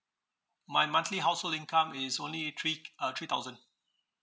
my monthly household income is only three uh three thousand